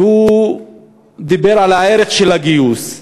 והוא דיבר על הערך של הגיוס.